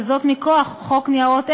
וזאת מכוח חוק ניירות ערך,